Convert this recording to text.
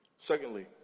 Secondly